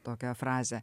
tokia frazė